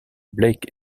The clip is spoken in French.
blake